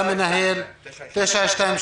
אתה מנהל 922,